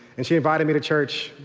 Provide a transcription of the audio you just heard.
and she invited me to church,